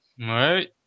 right